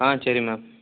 ஆ சரி மேம்